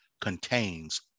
contains